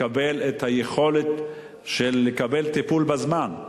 לקבל טיפול בזמן.